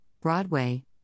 Broadway